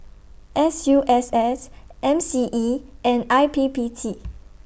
S U S S M C E and I P P T